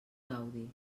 gaudi